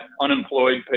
unemployed